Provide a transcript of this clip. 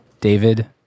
David